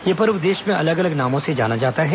यह पर्व देश में अलग अलग नामों से जाना जाता है